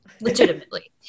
legitimately